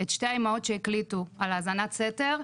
את שתי האמהות שהקליטו על האזנת סתר,